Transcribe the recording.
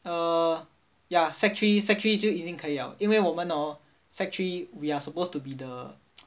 err yeah sec three sec three 就已经可以因为我们 hor sec three we are supposed to be the